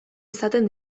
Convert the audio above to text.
izaten